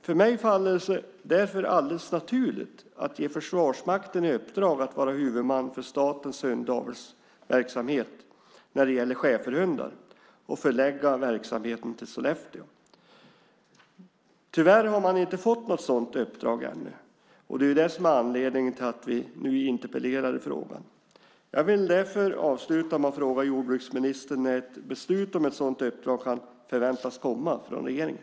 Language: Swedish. För mig faller det sig därför alldeles naturligt att ge Försvarsmakten i uppdrag att vara huvudman för statens hundavelsverksamhet när det gäller schäferhundar och förlägga verksamheten till Sollefteå. Tyvärr har man inte fått något sådant uppdrag ännu. Det är anledningen till att vi nu interpellerar i frågan. Jag vill avsluta med att fråga jordbruksministern när ett beslut om ett sådant uppdrag kan förväntas komma från regeringen.